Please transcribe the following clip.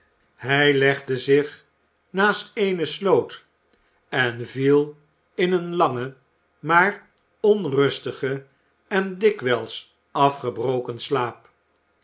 hij legde zich naast eene sloot en viel in een langen maar onrustigen en dikwijls afgebroken slaap